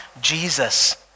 Jesus